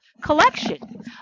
collection